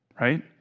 right